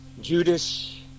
Judas